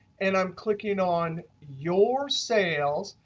and i'm clicking on your sales.